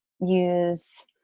use